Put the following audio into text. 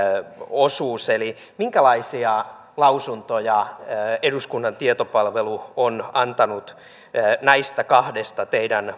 osuus minkälaisia lausuntoja eduskunnan tietopalvelu on antanut näistä teidän